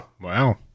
wow